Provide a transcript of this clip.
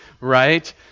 Right